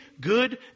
good